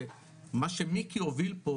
שמה שמיקי הוביל פה,